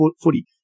footy